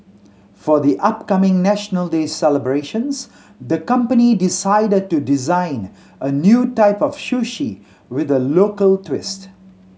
for the upcoming National Day celebrations the company decided to design a new type of sushi with a local twist